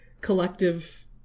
collective